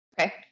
Okay